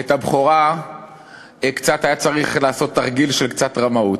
בשביל הבכורה היה צריך לעשות תרגיל של קצת רמאות,